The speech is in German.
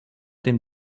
dem